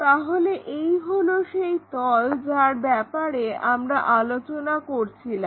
তাহলে এই হলো সেই তল যার ব্যাপারে আমরা আলোচনা করছিলাম